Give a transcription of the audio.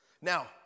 Now